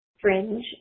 fringe